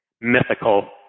mythical